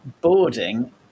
boarding